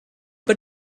but